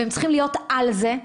הם צריכים להיות על זה.